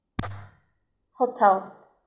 hotel